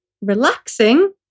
relaxing